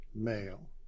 male